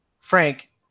Frank